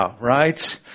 right